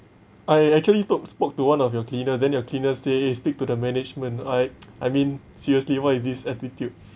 I actually told spoke to one of your cleaner then your cleaner say eh speak to the management I I mean seriously what is this attitude